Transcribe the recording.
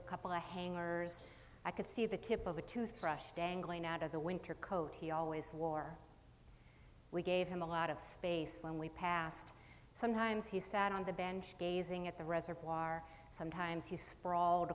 a couple the hangers i could see the tip of a toothbrush dangling out of the winter coat he always wore we gave him a lot of space when we passed sometimes he sat on the bench gazing at the reservoir sometimes you sprawled